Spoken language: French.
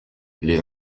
les